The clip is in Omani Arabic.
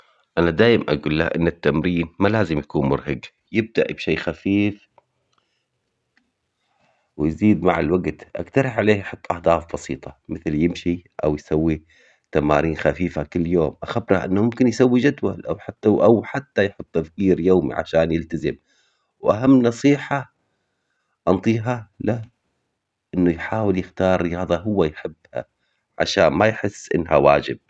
اول شي اقول له يجرب يستعد للكلام بشكل جيد يعني حضر النقاط المهمة التي يبي يتكلم عنها. بعدين انصحه يحاول يتحدث عن مواضيع يحبها. لانه هالشي يعطيه حافز وثقة اكبر كمان اذكره انه يركز عالناس اللي قدام ويبتعد عن التفكير في تقييمهم له. ويتنفس بعمق وهالشي كافي